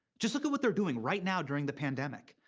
just look at what they're doing right now during the pandemic.